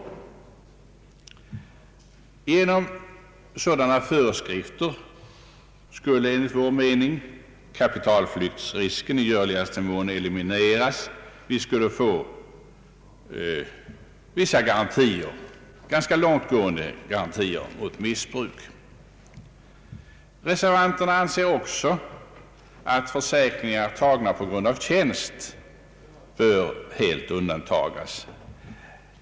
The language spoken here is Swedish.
Genom sådana föreskrifter skulle, enligt vår mening, kapitalflyktsrisken i görligaste mån elimineras. Vi skulle få vissa garantier — ganska långt gående — mot missbruk. Vi reservanter anser också att försäkringar tagna på grund av tjänst helt bör undantagas.